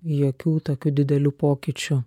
jokių tokių didelių pokyčių